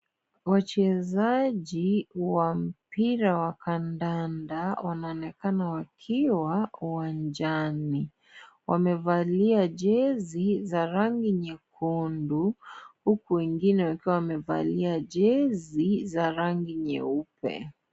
Wachezaji wa mpira wa kandanda wanaonekana wakiwa uwanjani. Wamevalia jezi za rangi nyekundu huku wengine wakiwa wamevalia jezi za rangi nyeupe.